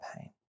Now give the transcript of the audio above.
pain